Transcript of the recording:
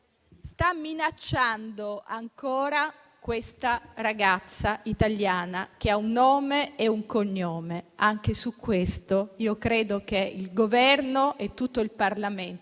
sta minacciando ancora questa ragazza italiana, che ha un nome e un cognome. Anche su questo credo che il Governo e tutto il Parlamento